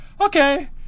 okay